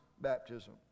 baptism